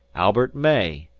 albert may,